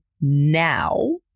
now